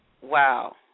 Wow